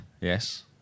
Yes